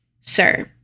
Sir